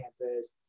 campus